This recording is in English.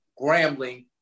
Grambling